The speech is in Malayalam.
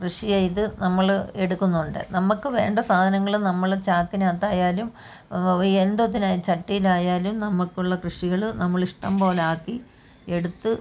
കൃഷി ചെയ്ത് നമ്മൾ എടുക്കുന്നുണ്ട് നമ്മൾക്ക് വേണ്ട സാധനങ്ങൾ നമ്മൾ ചാക്കിനകത്തായാലും എന്തോത്തിനായാലും ചട്ടിയിലായാലും നമുക്കുള്ള കൃഷികൾ നമ്മളിഷ്ടംപോലെ ആക്കി എടുത്ത്